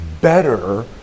better